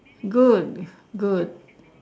good good